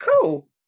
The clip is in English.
Cool